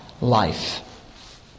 life